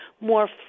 more